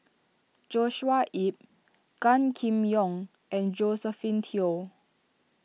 Joshua Ip Gan Kim Yong and Josephine Teo